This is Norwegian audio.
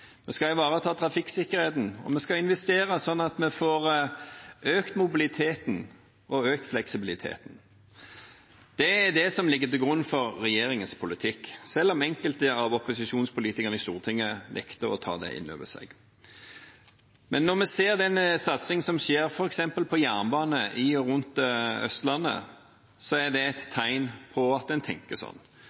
Vi skal ivareta trafikksikkerheten og investere slik at vi får økt mobilitet og fleksibilitet. Det ligger til grunn for regjeringens politikk, selv om enkelte av opposisjonspolitikerne på Stortinget nekter å ta det inn over seg. Når vi ser satsingen som skjer, f.eks. på jernbane på og rundt Østlandet, er det et tegn på at en tenker